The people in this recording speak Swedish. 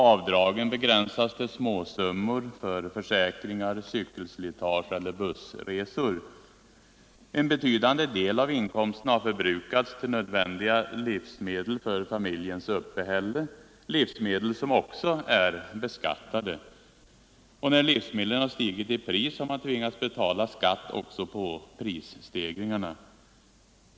Avdragen begränsar sig till småsummor för försäkringar, cykelslitage eller bussresor. En betydande del av inkomsten har förbrukats till nödvändiga livsmedel för familjens uppehälle, livsmedel som också är beskattade. När livsmedlen stigit i pris har man tvingats betala skatt också på prisstegringarna.